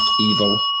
evil